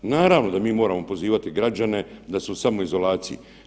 Naravno da mi moramo pozivati građane da su u samoizolaciji.